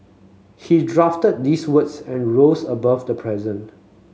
he drafted these words and rose above the present